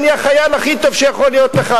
אני החייל הכי טוב שיכול להיות לך,